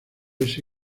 ese